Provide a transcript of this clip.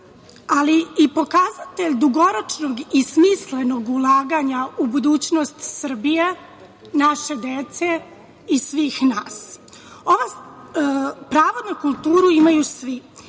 ali i pokazatelj dugoročnog i smislenog ulaganja u budućnost Srbije, naše dece i svih nas. Pravo na kulturu imaju svi,